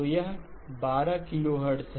तो यह 12 किलोहर्ट्ज़ है